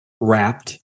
wrapped